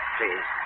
Please